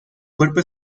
cuerpo